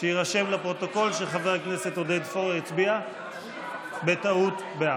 שיירשם לפרוטוקול שחבר הכנסת עודד פורר הצביע בטעות בעד.